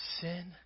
sin